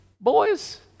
Boys